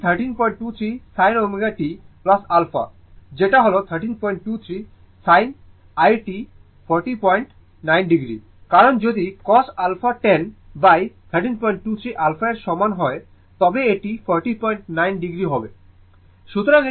তো এটি 1323 sin ω t α যেটা হল 1323 sin it is 409o কারণ যদি cos α 101323 α এর সমান হয় তবে এটি 409 o হবে